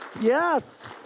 Yes